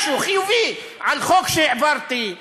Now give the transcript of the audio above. משהו חיובי על חוק שהעברתי,